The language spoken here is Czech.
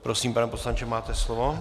Prosím, pane poslanče, máte slovo.